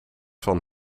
van